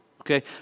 okay